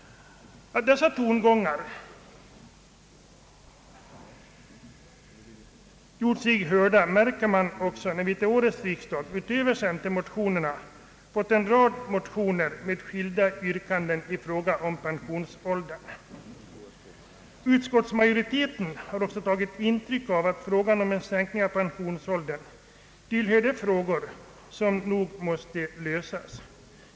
Att dessa tongångar gjort sig hörda märker man också av det faktum att vi till årets riksdag utöver centermotionerna fått en rad motioner med skilda yrkanden i fråga om en sänkning av pensionsåldern. Utskottsmajoriteten har även tagit intryck av detta och säger att frågan om en sänkning av pensionsåldern tillhör de frågor, som nog måste lösas.